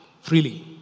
Freely